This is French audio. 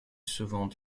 souvent